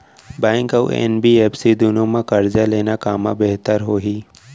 Bank अऊ NBFC दूनो मा करजा लेना कामा बेहतर होही?